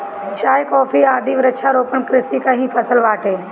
चाय, कॉफी आदि वृक्षारोपण कृषि कअ ही फसल बाटे